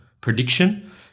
prediction